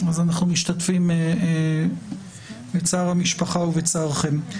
אנחנו משתתפים בצער המשפחה ובצערכם.